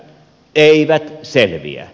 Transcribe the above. eivät selviä